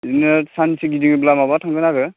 बिदिनो सानसे गिदिङोब्ला माबा थांगोन आरो